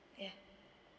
ya